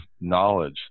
knowledge